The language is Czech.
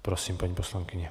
Prosím, paní poslankyně.